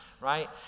right